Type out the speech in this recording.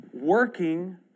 working